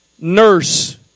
nurse